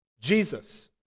Jesus